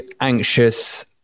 anxious